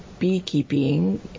beekeeping